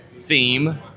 theme